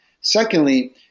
Secondly